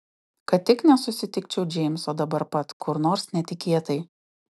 kad tik nesusitikčiau džeimso dabar pat kur nors netikėtai